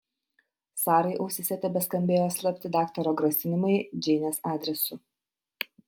sarai ausyse tebeskambėjo slapti daktaro grasinimai džeinės adresu